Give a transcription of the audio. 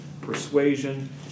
persuasion